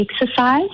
exercise